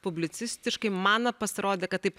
publicistiškai man pasirodė kad taip